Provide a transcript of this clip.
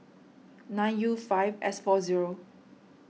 nine U five S four zero